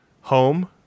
home